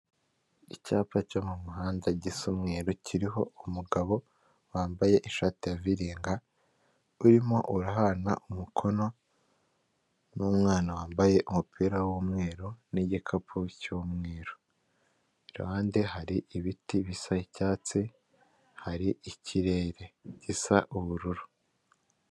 Icyapa cyo mu muhanda gisa umweru kiriho umugabo wambaye ishati ya viringa, urimo urahana umukono n'umwana wambaye umupira w'umweru n'igikapu cy'umweru, iruhande hari ibiti bisa icyatsi hari ikirere gisa ubururu.